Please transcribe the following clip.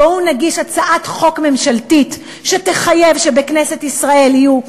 בואו נגיש הצעת חוק ממשלתית שתחייב שבכנסת ישראל יהיו,